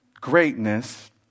greatness